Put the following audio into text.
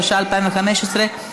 התשע"ה 2015,